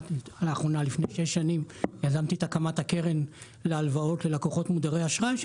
לפני שש שנים יזמתי את הקמת הקרן להלוואות ללקוחות מודרי אשראי.